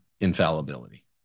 infallibility